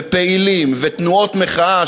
ופעילים ותנועות מחאה,